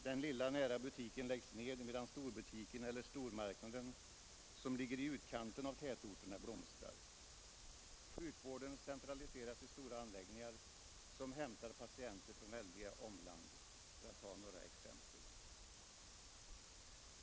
Den lilla, nära butiken läggs ned, medan storbutiken eller stormarknaden, som ligger i utkanten av tätorterna, blomstrar. Sjukvården centraliseras till stora anläggningar, som hämtar patienter från väldiga omland. Det är bara några exempel.